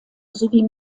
sowie